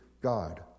God